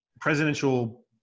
presidential